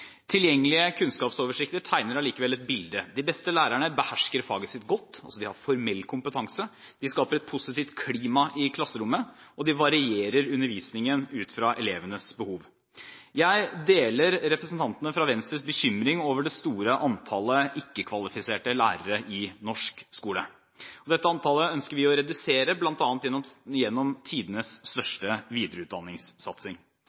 Tilgjengelige kunnskapsoversikter tegner likevel et bilde: De beste lærerne behersker faget sitt godt, de har altså formell kompetanse, de skaper et positivt klima i klasserommet, og de varierer undervisningen ut fra elevenes behov. Jeg deler representantene fra Venstres bekymring over det store antallet ikke-kvalifiserte lærere i norsk skole. Dette antallet ønsker vi å redusere, bl.a. gjennom tidenes